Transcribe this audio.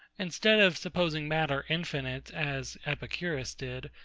instead of supposing matter infinite, as epicurus did,